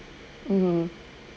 mmhmm